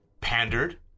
pandered